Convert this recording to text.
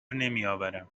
نمیآورم